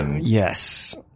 Yes